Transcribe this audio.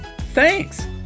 Thanks